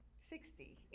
Sixty